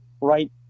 right